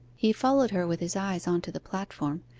he followed her with his eyes on to the platform,